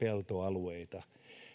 peltoalueita